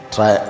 Try